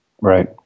right